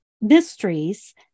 mysteries